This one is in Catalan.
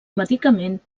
medicament